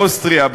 אוסטריה,